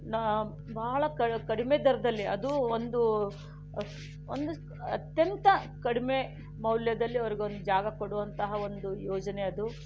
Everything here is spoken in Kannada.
ನ ಬಹಳ ಕಡ್ ಕಡಿಮೆ ದರದಲ್ಲಿ ಅದೂ ಒಂದು ಒಂದು ಅತ್ಯಂತ ಕಡಿಮೆ ಮೌಲ್ಯದಲ್ಲಿ ಅವರಿಗೊಂದು ಜಾಗ ಕೊಡುವಂತಹ ಒಂದು ಯೋಜನೆ ಅದು